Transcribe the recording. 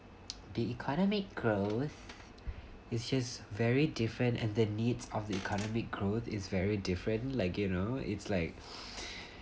the economic growth it's just very different and the needs of the economic growth is very different like you know it's like